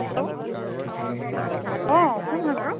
hello অ' কোন হয় বাৰু